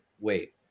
wait